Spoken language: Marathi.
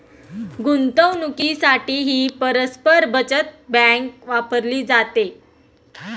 गुंतवणुकीसाठीही परस्पर बचत बँक वापरली जाते